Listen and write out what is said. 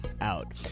out